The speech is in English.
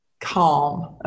calm